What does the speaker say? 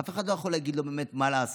אף אחד לא יכול באמת להגיד לו מה לעשות.